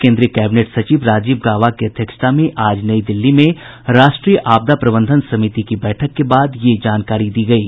केन्द्रीय कैबिनेट सचिव राजीव गाबा की अध्यक्षता में आज नई दिल्ली में राष्ट्रीय आपदा प्रबंधन समिति की बैठक के बाद ये जानकारी दी गयी